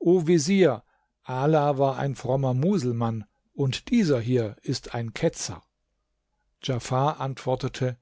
vezier ala war ein frommer muselmann und dieser ist ein ketzer djafar antwortete